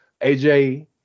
AJ